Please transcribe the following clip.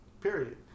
Period